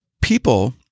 people